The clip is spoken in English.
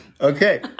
okay